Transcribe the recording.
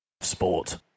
Sport